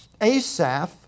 Asaph